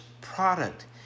product